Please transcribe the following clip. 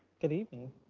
good evening.